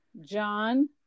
John